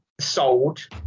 sold